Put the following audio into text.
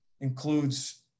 includes